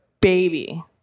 baby